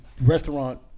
restaurant